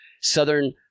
Southern